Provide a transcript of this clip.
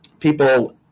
People